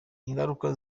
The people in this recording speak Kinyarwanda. ingaruka